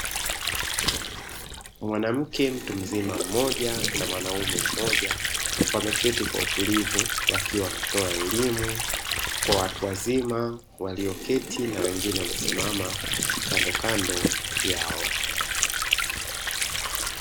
Mwanamke mtu mzima mmoja na mwanaume mmoja wameketi kwa utulivu wakiwa wanatoa elimu kwa watu wazima walioketi na wengine wamesimama kandokando yao.